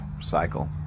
cycle